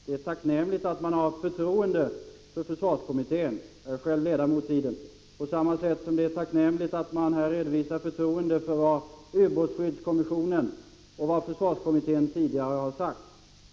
Det är tacknämligt att man har förtroende för försvarskommittén — jag är själv ledamot av den — liksom att man här redovisar förtroende för vad ubåtsskyddskommissionen säger och vad försvarskommittén tidigare har sagt.